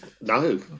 no